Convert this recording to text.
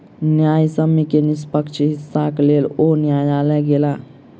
न्यायसम्य के निष्पक्ष हिस्साक लेल ओ न्यायलय गेला